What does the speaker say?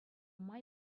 май